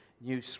new